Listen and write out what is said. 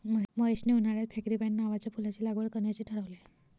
महेशने उन्हाळ्यात फ्रँगीपानी नावाच्या फुलाची लागवड करण्याचे ठरवले